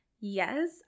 yes